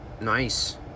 nice